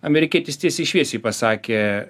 amerikietis tiesiai šviesiai pasakė